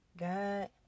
God